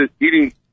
eating